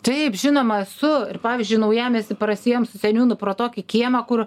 taip žinoma esu ir pavyzdžiui naujamiesty prasiejom su seniūnu pro tokį kiemą kur